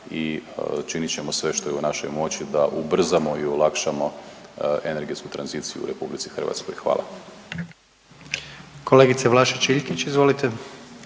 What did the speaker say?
i činit ćemo sve što je u našoj moći da ubrzamo i olakšamo energetsku tranziciju u RH, hvala. **Jandroković, Gordan (HDZ)** Kolegice Vlašić Iljkić izvolite.